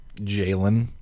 jalen